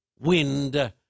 wind